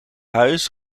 huis